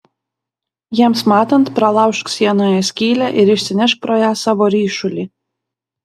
jiems matant pralaužk sienoje skylę ir išsinešk pro ją savo ryšulį